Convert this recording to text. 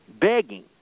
Begging